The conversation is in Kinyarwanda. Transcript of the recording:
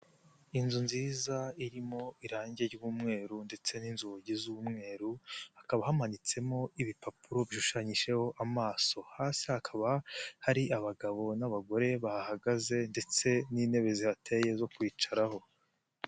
Inzu nziza irimo irange ry'umweru ndetse n'inzugi z'umweru hakaba hamanitsemo ibipapuro bishushanyijeho amaso, hasi hakaba hari abagabo n'abagore bahagaze ndetse n'intebe ziteye zo kwicaraho.